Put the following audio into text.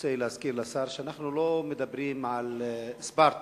רוצה להזכיר לשר שאנחנו לא מדברים על ספרטה,